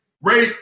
Ray